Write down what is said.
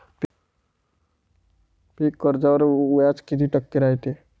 पीक कर्जावर व्याज किती टक्के रायते?